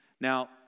Now